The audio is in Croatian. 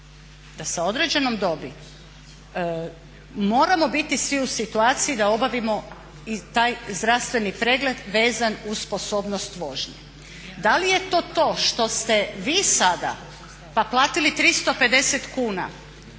da sa određenom dobi moramo biti svi u situaciji da obavimo i taj zdravstveni pregled vezan uz sposobnost vožnje. Da li je to to što ste vi sada pa platili 350 kuna.